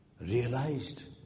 realized